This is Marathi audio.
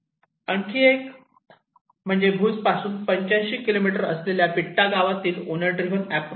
आणखी एक म्हणजे भुज पासून 85 किलोमीटर अंतरावर असलेल्या बिट्टा गावातील ओनर ड्रिवन अॅप्रोच